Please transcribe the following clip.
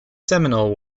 seminole